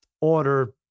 order